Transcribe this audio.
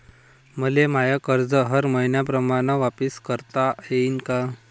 मले माय कर्ज हर मईन्याप्रमाणं वापिस करता येईन का?